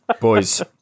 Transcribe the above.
Boys